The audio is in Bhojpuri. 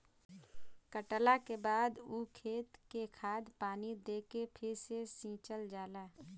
कटला के बाद ऊ खेत के खाद पानी दे के फ़िर से सिंचल जाला